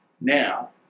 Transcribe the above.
Now